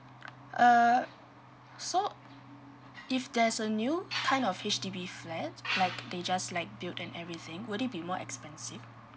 err so if there's a new kind of H_D_B flat like they just like build and everything would it be more expensive